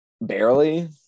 barely